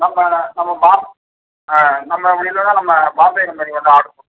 நம்ம நம்ம பா ஆ நம்ம இல்லைன நம்ம பாம்பே கம்பெனி ஒன்று ஆர்டர்